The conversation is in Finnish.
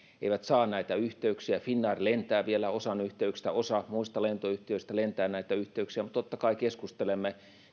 eivät saa näitä yhteyksiä finnair lentää vielä osan yhteyksistä osa muista lentoyhtiöistä lentää näitä yhteyksiä mutta totta kai keskustelemme